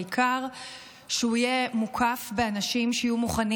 העיקר שהוא יהיה מוקף באנשים שיהיו מוכנים